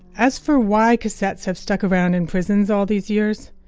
as for why cassettes have stuck around in prisons all these years,